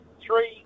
three